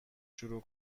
شروع